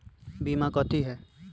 बीमा कथी है?